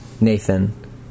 Nathan